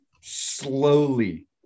slowly